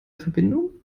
verbindung